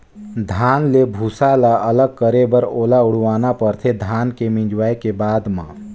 धान ले भूसा ल अलग करे बर ओला उड़वाना परथे धान के मिंजाए के बाद म